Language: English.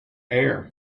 air